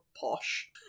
posh